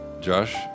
Josh